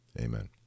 amen